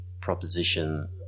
proposition